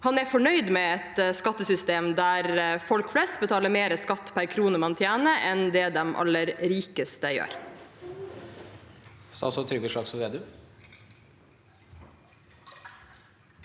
han fornøyd med et skattesystem der folk flest betaler mer skatt per krone de tjener, enn det de aller rikeste gjør?